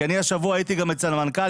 כי אני השבוע הייתי גם אצל המנכ"ל,